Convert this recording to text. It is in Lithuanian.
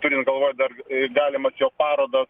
turint galvoj dar galimas jo parodas